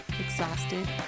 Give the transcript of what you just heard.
exhausted